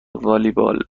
والیبال